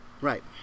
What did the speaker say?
Right